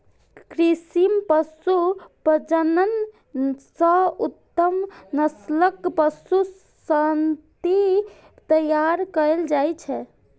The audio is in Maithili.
कृत्रिम पशु प्रजनन सं उत्तम नस्लक पशु संतति तैयार कएल जाइ छै